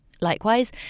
Likewise